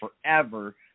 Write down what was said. forever